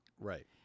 Right